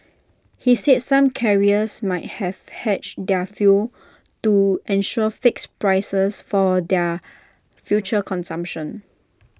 he said some carriers might have hedged their fuel to ensure fixed prices for their future consumption